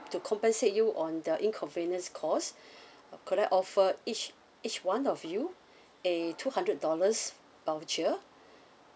to compensate you on the inconvenience cause could I offer each each one of you a two hundred dollars voucher